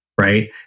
right